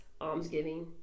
almsgiving